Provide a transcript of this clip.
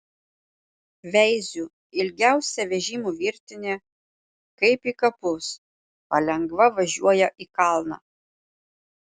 veiziu ilgiausia vežimų virtinė kaip į kapus palengva važiuoja į kalną